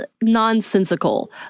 nonsensical